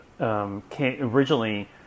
originally